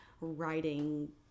writing